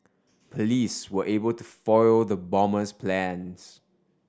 police were able to foil the bomber's plans